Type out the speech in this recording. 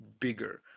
bigger